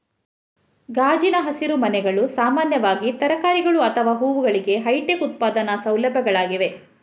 ಗಾಜಿನ ಹಸಿರುಮನೆಗಳು ಸಾಮಾನ್ಯವಾಗಿ ತರಕಾರಿಗಳು ಅಥವಾ ಹೂವುಗಳಿಗೆ ಹೈಟೆಕ್ ಉತ್ಪಾದನಾ ಸೌಲಭ್ಯಗಳಾಗಿವೆ